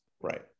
Right